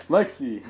Lexi